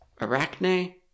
Arachne